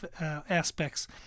aspects